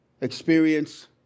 experience